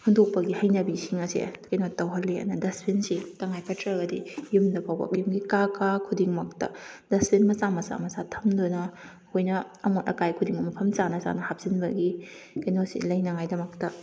ꯍꯨꯟꯗꯣꯛꯄꯒꯤ ꯍꯩꯅꯕꯤꯁꯤꯡ ꯑꯁꯦ ꯀꯩꯅꯣ ꯇꯧꯍꯜꯂꯤ ꯑꯗꯨꯅ ꯗꯁꯕꯤꯟꯁꯤ ꯇꯉꯥꯏ ꯐꯗ꯭ꯔꯒꯗꯤ ꯌꯨꯝꯗ ꯐꯥꯎꯕ ꯌꯨꯝꯒꯤ ꯀꯥ ꯀꯥ ꯈꯨꯗꯤꯡꯃꯛꯇ ꯗꯁꯕꯤꯟ ꯃꯆꯥ ꯃꯆꯥ ꯃꯆꯥ ꯊꯝꯗꯨꯅ ꯑꯩꯈꯣꯏꯅ ꯑꯃꯣꯠ ꯑꯀꯥꯏ ꯈꯨꯗꯤꯡꯃꯛ ꯃꯐꯝ ꯆꯥꯅꯥ ꯆꯥꯅꯥ ꯍꯥꯞꯆꯤꯟꯕꯒꯤ ꯀꯩꯅꯣꯁꯤ ꯂꯩꯅꯉꯥꯏꯗꯃꯛꯇ